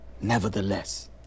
Nevertheless